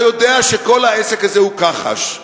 אתה יודע שכל העסק הזה הוא כחש,